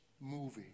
movie